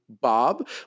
Bob